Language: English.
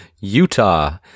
Utah